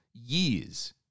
Years